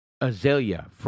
Azalea